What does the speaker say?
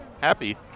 happy